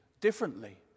differently